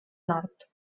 nord